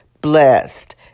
blessed